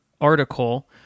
article